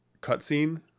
Cutscene